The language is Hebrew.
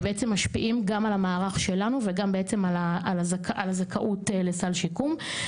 בעצם משפיעים גם על המערך שלנו וגם בעצם על הזכאות לסל שיקום.